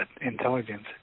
intelligence